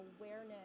awareness